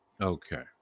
Okay